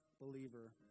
believer